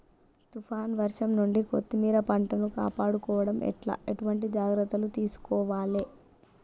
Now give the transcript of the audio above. తుఫాన్ వర్షం నుండి కొత్తిమీర పంటను కాపాడుకోవడం ఎట్ల ఎటువంటి జాగ్రత్తలు తీసుకోవాలే?